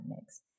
mix